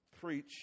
preach